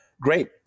Great